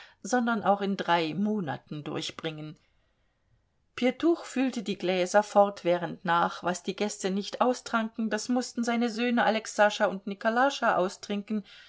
sondern auch in drei monaten durchbringen pjetuch füllte die gläser fortwährend nach was die gäste nicht austranken das mußten seine söhne alexascha und nikolascha austrinken